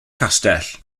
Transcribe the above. castell